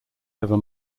ever